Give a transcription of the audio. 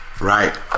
right